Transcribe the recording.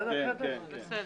בסדר.